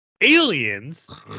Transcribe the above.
aliens